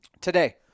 today